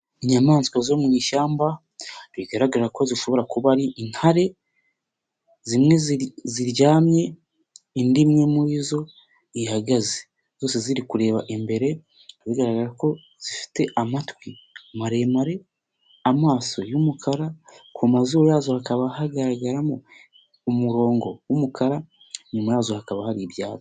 Inyamaswa zo mu ishyamba bigaragara ko zishobora kuba ari intare zimwe ziryamye indi imwe muri zo ihagaze zose ziri kureba imbere bigaragara ko zifite amatwi maremare, amaso y'umukara, ku mazuru yazo hakaba hagaragaramo umurongo w'umukara, inyuma yazo hakaba hari ibyatsi.